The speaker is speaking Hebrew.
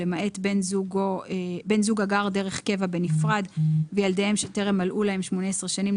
למעט בן זוג הגר דרך קבע בנפרד וילדיהם שטרם מלאו להם 18 שנים,